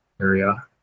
area